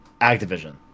Activision